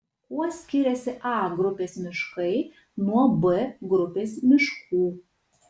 kuo skiriasi a grupės miškai nuo b grupės miškų